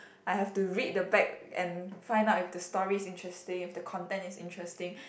I have to read the back and find out if the story is interesting if the content is interesting